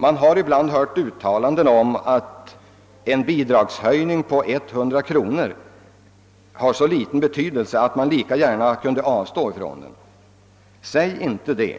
Man har ibland hört uttalanden om att en bidragshöjning på 100 kronor betyder så litet att barnfamiljerna lika gärna kunde avstå från den. Säg inte det!